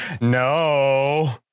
No